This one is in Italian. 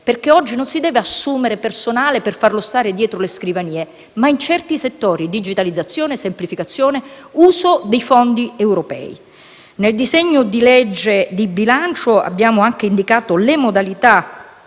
infatti non si deve assumere personale per farlo stare dietro le scrivanie, ma in certi settori: digitalizzazione, semplificazione, uso dei fondi europei. Nel disegno di legge di bilancio abbiamo anche indicato le modalità